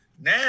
Now